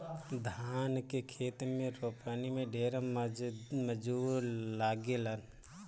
धान के खेत में रोपनी में ढेर मजूर लागेलन